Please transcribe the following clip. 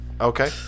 Okay